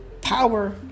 power